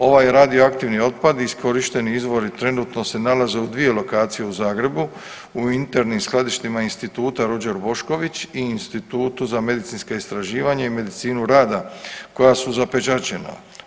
Ovaj radioaktivni otpad i iskorišteni izvori trenutno se nalaze u dvije lokacije u Zagrebu u internim skladištima Instituta Ruđer Bošković i Institutu za medicinska istraživanja i medicinu rada koja su zapečaćena.